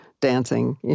dancing